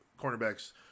cornerback's